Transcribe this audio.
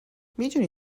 میدونی